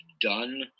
done